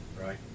right